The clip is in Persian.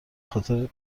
خاطر